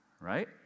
right